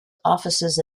offices